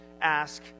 ask